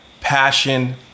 passion